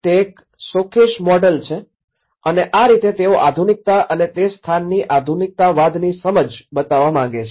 તે એક showcase model છે અને આ રીતે તેઓ આધુનિકતા અને તે સ્થાનની આધુનિકતાવાદની સમજ બતાવવા માંગે છે